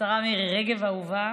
השרה מירי רגב, אהובה,